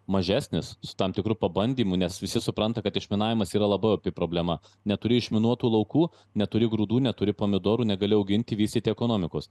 mažesnis su tam tikru pabandymu nes visi supranta kad išminavimas yra labai opi problema neturi užminuotų laukų neturi grūdų neturi pomidorų negali auginti vystyti ekonomikos